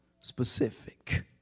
specific